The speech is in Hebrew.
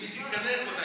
אם היא תתכנס מתישהו.